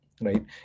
Right